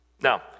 Now